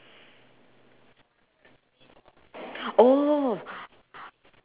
oh